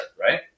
Right